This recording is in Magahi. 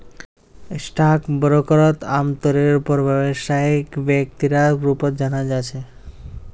स्टाक ब्रोकरक आमतौरेर पर व्यवसायिक व्यक्तिर रूपत जाना जा छे